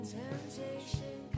temptation